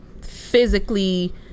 physically